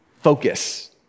focus